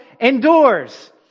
endures